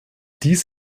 dies